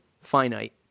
finite